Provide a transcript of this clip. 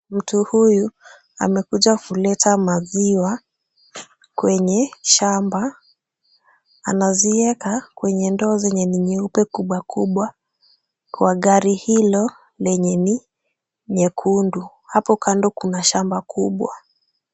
Mtu huyu amekuja kuleta maziwa kwenye shamba. Anazieka kwenye ndoo zenye ni nyeupe kubwa kubwa kwa gari hilo lenye ni nyekundu. Hapo kando kuna shamba kubwa.